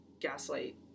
Gaslight